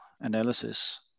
analysis